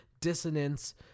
dissonance